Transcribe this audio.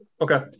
Okay